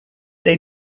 they